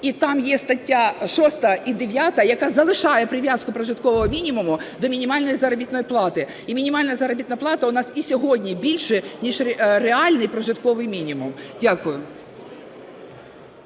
І там є стаття 6 і 9, яка залишає прив'язку прожиткового мінімуму до мінімальної заробітної плати. І мінімальна заробітна плата у нас і сьогодні більше ніж реальний прожитковий мінімум. Дякую.